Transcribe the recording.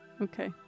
Okay